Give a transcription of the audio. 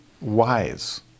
wise